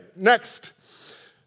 Next